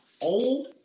old